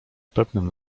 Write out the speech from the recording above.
pewnym